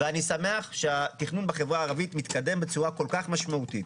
ואני שמח שהתכנון בחברה הערבית מתקדם בצורה כל כך משמעותית.